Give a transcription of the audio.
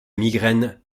migraine